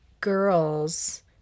girls